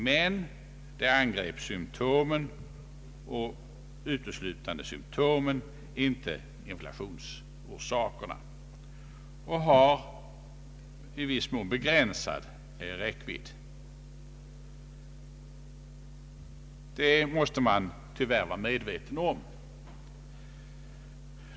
Men åtgärden angrep symtomen, och uteslutande symtomen, inte inflationsorsakerna, och har i viss mån begränsad räckvidd. Det måste man tyvärr vara medveten om.